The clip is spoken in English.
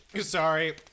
sorry